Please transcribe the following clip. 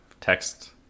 text